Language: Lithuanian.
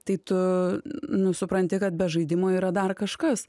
tai tu nu supranti kad be žaidimų yra dar kažkas